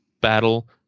battle